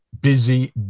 busy